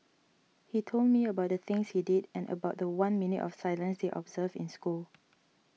he told me about the things he did and about the one minute of silence they observed in school